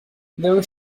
though